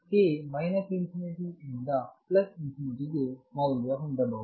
k minus infinity ಇಂದ plus ಇನ್ಫಿನಿಟಿಗೆ infinity ಮೌಲ್ಯ ಹೊಂದಬಹುದು